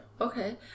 Okay